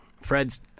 Fred's